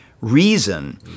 reason